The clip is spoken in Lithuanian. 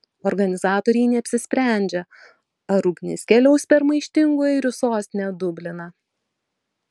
organizatoriai neapsisprendžia ar ugnis keliaus per maištingų airių sostinę dubliną